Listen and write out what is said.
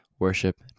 Worship